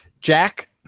Jack